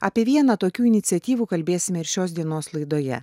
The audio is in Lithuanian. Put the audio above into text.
apie vieną tokių iniciatyvų kalbėsime ir šios dienos laidoje